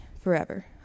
forever